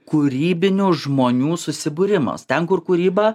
kūrybinių žmonių susibūrimas ten kur kūryba